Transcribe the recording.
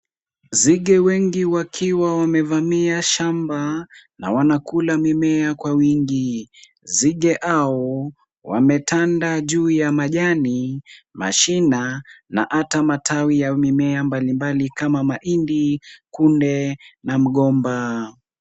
Nzige wengi wakiwa wamevamia shamba na wanakula mimea kwa wingi. Nzige hao wametanda juu ya majani, mashina na hata matawi ya mimea mbalimbali kama mahindi, kunde na mgomba.